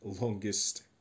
longest